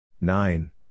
Nine